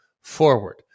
forward